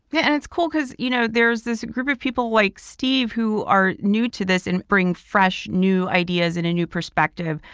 yeah and it's cool because, you know, there's this group of people like steve who are new to this and bring fresh new ideas in a new perspective.